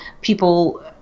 people